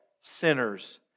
Sinners